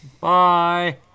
Bye